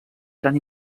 gran